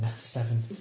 Seven